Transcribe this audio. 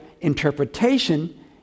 interpretation